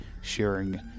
sharing